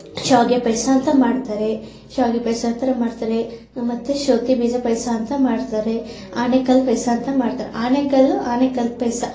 ಶಾವಿಗೆ ಪಾಯಸ ಅಂತ ಮಾಡ್ತಾರೆ ಶಾವಿಗೆ ಪಾಯಸ ಆ ಥರ ಮಾಡ್ತಾರೆ ಮತ್ತು ಶೌತಿ ಬೀಜ ಪಾಯಸ ಅಂತ ಮಾಡ್ತಾರೆ ಆನೇಕಲ್ಲು ಪಾಯಸ ಅಂತ ಮಾಡ್ತಾರೆ ಆನೇಕಲ್ಲು ಆನೇಕಲ್ಲು ಪಾಯಸ